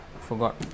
Forgot